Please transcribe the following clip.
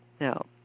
No